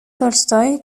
tolstoï